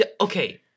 Okay